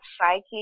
psychic